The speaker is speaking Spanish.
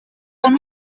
con